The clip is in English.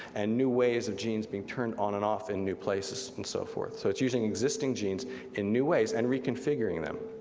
and new ways of genes being turned on and off in new places and so forth. so it's using existing genes in new ways, and reconfiguring them.